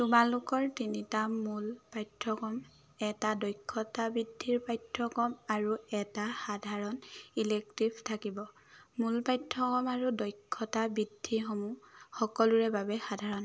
তোমালোকৰ তিনিটা মূল পাঠ্যক্ৰম এটা দক্ষতা বৃদ্ধিৰ পাঠ্যক্ৰম আৰু এটা সাধাৰণ ইলেক্টিভ থাকিব মূল পাঠ্যক্ৰম আৰু দক্ষতা বৃদ্ধিসমূহ সকলোৰে বাবে সাধাৰণ